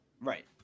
Right